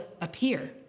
appear